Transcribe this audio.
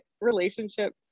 relationship